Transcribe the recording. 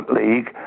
league